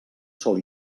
sol